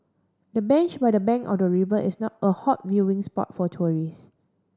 the bench by the bank of the river is not a hot viewing spot for tourist